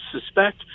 suspect